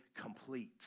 Complete